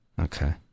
Okay